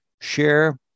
share